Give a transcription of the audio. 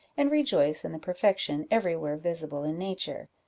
and rejoice in the perfection every where visible in nature.